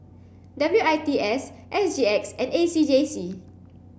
W I T S S G X and A C J C